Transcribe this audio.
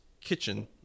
kitchen